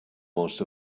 most